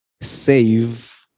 save